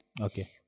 Okay